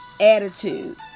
attitude